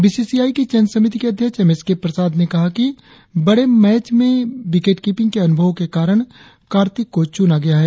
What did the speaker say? BCCI की चयन समिति के अध्यक्ष एम एस के प्रसाद ने कहा कि बड़े मैचे में विकेट किपिंग के अनुभवों के कारण कार्तिक को चुना गया है